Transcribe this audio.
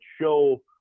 show